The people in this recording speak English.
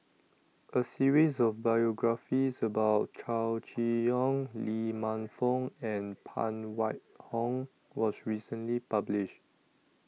A series of biographies about Chow Chee Yong Lee Man Fong and Phan Wait Hong was recently published